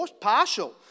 partial